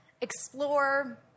explore